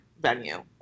venue